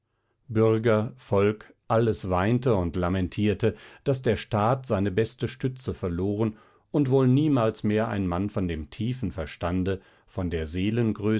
bürger volk alles weinte und lamentierte daß der staat seine beste stütze verloren und wohl niemals mehr ein mann von dem tiefen verstande von der